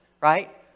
right